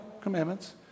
commandments